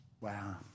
Wow